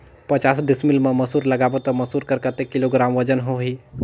पचास डिसमिल मा मसुर लगाबो ता मसुर कर कतेक किलोग्राम वजन होही?